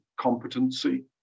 competency